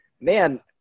man